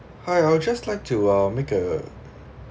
hi I would just like to uh make a